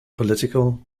political